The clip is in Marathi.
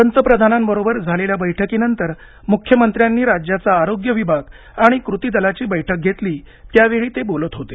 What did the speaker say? पंतप्रधानांबरोबर झालेल्या बैठकीनंतर मुख्यमंत्र्यांनी राज्याचा आरोग्य विभाग आणि कृती दलाची बैठक घेतली त्यावेळी ते बोलत होते